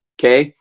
okay.